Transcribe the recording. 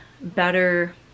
better